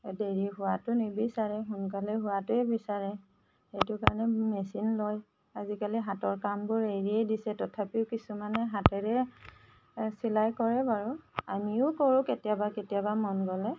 দেৰি হোৱাটো নিবিচাৰে সোনকালে হোৱাটোৱেই বিচাৰে সেইটো কাৰণে মেচিন লয় আজিকালি হাতৰ কামবোৰ এৰিয়েই দিছে তথাপি কিছুমানে হাতেৰে চিলাই কৰে বাৰু আমিয়ো কৰোঁ কেতিয়াবা কেতিয়াবা মন গ'লে